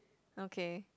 okay